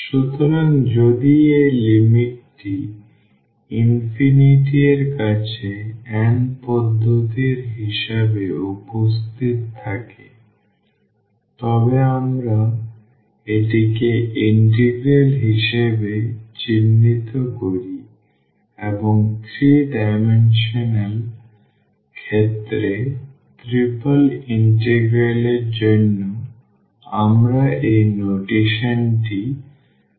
সুতরাং যদি এই লিমিটটি এর কাছে n পদ্ধতির হিসাবে উপস্থিত থাকে তবে আমরা এটিকে ইন্টিগ্রাল হিসাবে চিহ্নিত করি এবং 3 ডাইমেনশনাল ক্ষেত্রে ট্রিপল ইন্টিগ্রাল এর জন্য আমরা এই নোটেশনটি ব্যবহার করি